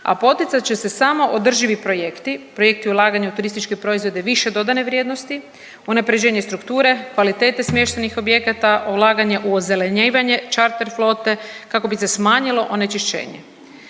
a poticat će se samo održivi projekti, projekti ulaganja u turističke proizvode više dodane vrijednosti, unaprjeđenje strukture, kvalitete smještajnih objekata, ulaganja u ozelenjivanje čarter flote kako bi se smanjilo onečišćenje.